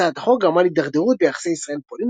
הצעת החוק גרמה להידרדרות ביחסי ישראל–פולין